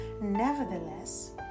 nevertheless